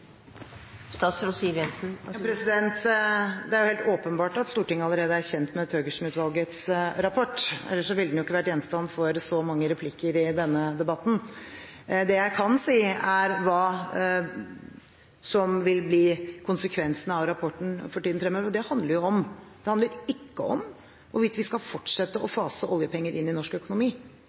Det er helt åpenbart at Stortinget allerede er kjent med Thøgersen-utvalgets rapport, ellers ville den jo ikke vært gjenstand for så mange replikker i denne debatten. Det jeg kan si, er hva som vil bli konsekvensene av rapporten i tiden fremover. Det handler ikke om hvorvidt vi skal fortsette å fase oljepenger inn i norsk økonomi,